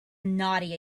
naughty